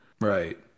Right